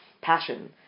passion